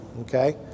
okay